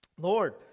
Lord